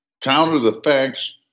counter-the-facts